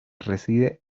reside